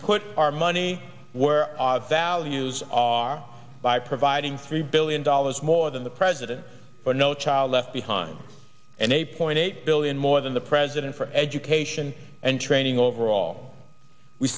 put our money where our values are by providing free billion dollars more than the president or no child left behind and eight point eight billion more than the president for education and training overall we